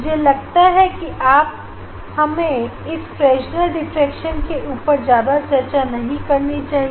मुझे लगता है कि अब हमें इस फ्रेशनर डिफ्रेक्शन की ऊपर ज्यादा चर्चा नहीं करनी चाहिए